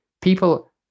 people